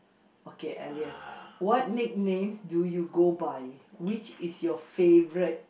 okay alias what nicknames do you go by which is your favorite